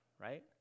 right